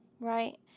Right